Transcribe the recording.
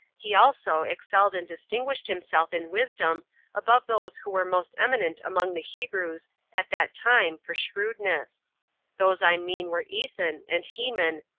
he also excelled and distinguished himself in wisdom above those who were most eminent among the hebrews at that time for shrewdness those i mean were ethan, and heman,